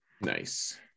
Nice